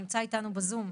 נמצא איתנו בזום.